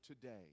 today